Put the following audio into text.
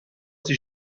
sie